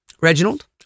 Reginald